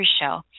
show